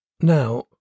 Now